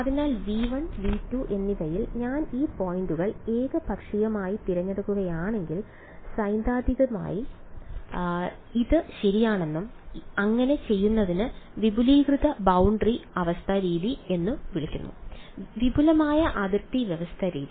അതിനാൽ V1 V2 എന്നിവയിൽ ഞാൻ ഈ പോയിന്റുകൾ ഏകപക്ഷീയമായി തിരഞ്ഞെടുക്കുകയാണെങ്കിൽ സൈദ്ധാന്തികമായി ഇത് ശരിയാണെന്നും അങ്ങനെ ചെയ്യുന്നതിനെ വിപുലീകൃത ബൌണ്ടറി അവസ്ഥ രീതി എന്നും വിളിക്കുന്നു വിപുലമായ അതിർത്തി വ്യവസ്ഥ രീതി